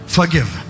Forgive